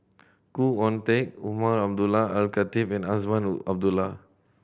Khoo Oon Teik Umar Abdullah Al Khatib and Azman Abdullah